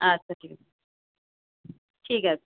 আচ্ছা ঠিক আছে ঠিক আছে